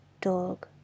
dog